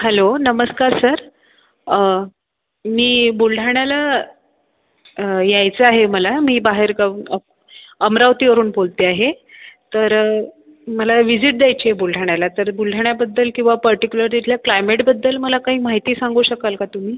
hello नमस्कार sir मी बुलढाण्याला यायचं आहे मला मी बाहेरगावाहून अक् अमरावतीवरून बोलते आहे तर मला व्हिजिट द्यायची आहे बुलढाण्याला तर बुलढाण्याबद्दल किंवा पर्टिक्युलर तिथल्या क्लायमेटबद्दल मला काही माहिती सांगू शकाल का तुम्ही